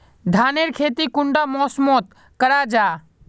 धानेर खेती कुंडा मौसम मोत करा जा?